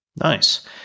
Nice